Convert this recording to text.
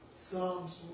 Psalms